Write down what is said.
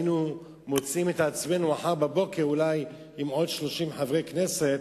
אולי היינו מוצאים את עצמנו מחר בבוקר עם עוד 30 חברי כנסת,